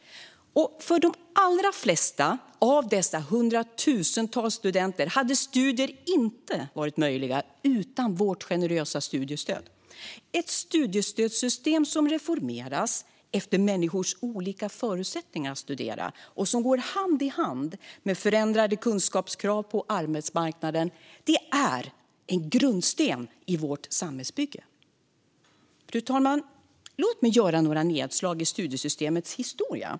För de allra flesta av dessa hundratusentals studenter hade studier inte varit möjligt utan vårt generösa studiestöd. Ett studiestödssystem som reformeras efter människors olika förutsättningar att studera och som går hand i hand med förändrade kunskapskrav på arbetsmarknaden är en grundsten i vårt samhällsbygge. Fru talman! Låt mig göra några nedslag i studiesystemets historia.